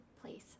place